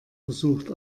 versucht